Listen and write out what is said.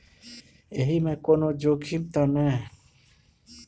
एहि मे कोनो जोखिम त नय?